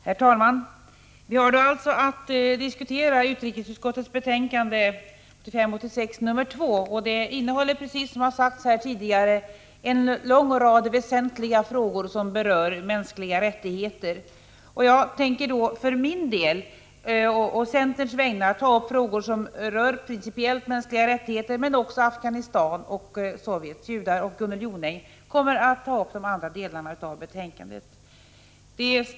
Herr talman! Vi har i dag att diskutera utrikesutskottets betänkande 1985/86:2. Det innehåller, precis som sagts här tidigare, en lång rad väsentliga frågor som berör mänskliga rättigheter. Jag tänker för min del å centerns vägnar ta upp frågor som avser principiella mänskliga rättigheter men också frågor om Afghanistan och Sovjets judar. Gunnel Jonäng kommer att behandla betänkandet i övrigt.